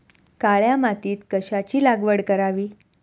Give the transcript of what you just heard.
काळ्या मातीत कशाची लागवड करावी?